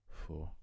four